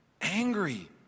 Angry